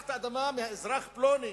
לקחת אדמה מאזרח פלוני